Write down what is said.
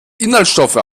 inhaltsstoffe